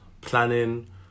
planning